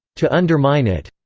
to undermine it.